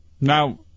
Now